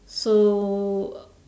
so